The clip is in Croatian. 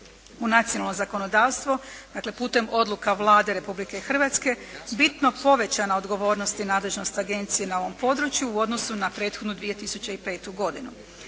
u nacionalno zakonodavstvo dakle, putem odluka Vlade Republike Hrvatske bitno povećana odgovornost i nadležnost agencije na ovom području u odnosu na prethodnu 2005. godinu.